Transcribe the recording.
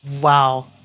Wow